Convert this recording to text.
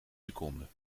seconden